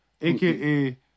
AKA